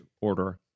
order